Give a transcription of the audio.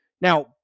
Now